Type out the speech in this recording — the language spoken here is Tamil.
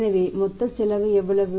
எனவே மொத்த செலவு எவ்வளவு